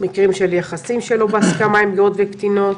מקרים של יחסים שלא בהסכמה עם בגירות וקטינות,